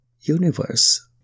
universe